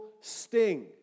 sting